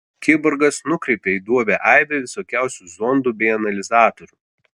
kiborgas nukreipė į duobę aibę visokiausių zondų bei analizatorių